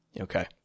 Okay